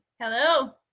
hello